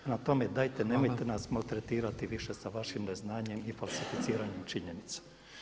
Prema tome, dajte nemojte nas maltretirati sa vašim neznanjem i falsificiranjem činjenica.